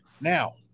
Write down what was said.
Now